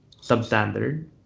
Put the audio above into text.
substandard